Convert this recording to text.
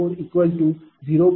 015 p